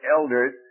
elders